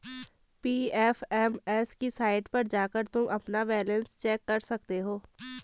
PFMS की site पर जाकर तुम अपना बैलन्स चेक कर सकते हो